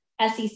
SEC